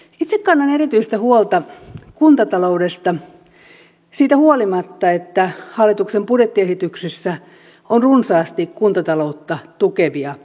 itse kannan erityistä huolta kuntataloudesta siitä huolimatta että hallituksen budjettiesityksessä on runsaasti kuntataloutta tukevia elementtejä